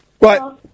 Right